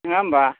नङा होमब्ला